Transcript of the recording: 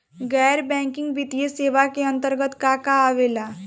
गैर बैंकिंग वित्तीय सेवाए के अन्तरगत का का आवेला?